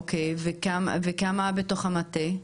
אוקיי, וכמה בתוך המטה?